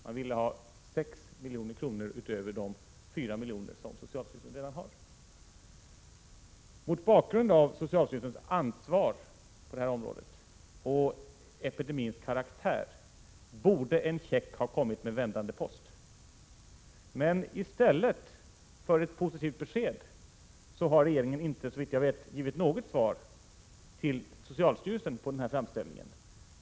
Man ville ha 6 milj.kr. utöver de 4 milj.kr. som socialstyrelsen redan har fått. Mot bakgrund av socialstyrelsens ansvar på detta område och epidemins karaktär borde en check ha kommit med vändande post. Men i stället för ett positivt besked har regeringen inte, såvitt jag vet, givit något svar till socialstyrelsen på denna framställning.